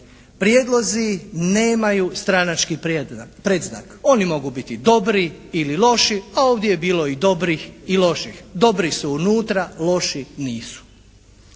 Prijedlozi nemaju stranački predznak. Oni mogu biti dobri ili loši, a ovdje je bilo i dobrih i loših. Dobri su unutra, loši nisu.